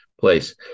place